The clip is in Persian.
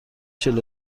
چهل